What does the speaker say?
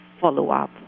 follow-up